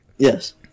Yes